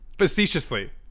facetiously